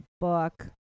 book